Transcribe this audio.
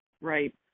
Right